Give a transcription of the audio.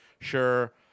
Sure